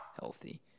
healthy